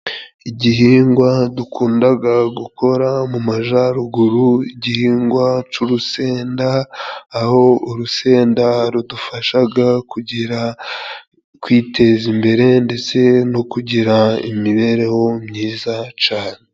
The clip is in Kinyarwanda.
Igihingwa dukundaga gukora mu majaruguru, igihingwa c'urusenda aho urusenda rudufashaga kugera, kwiteza imbere ndetse no kugira imibereho myiza cane.